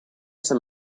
some